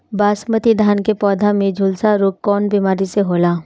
बासमती धान क पौधा में झुलसा रोग कौन बिमारी से होला?